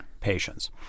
patients